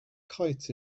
kites